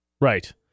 Right